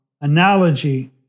analogy